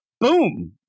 boom